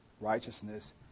righteousness